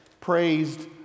praised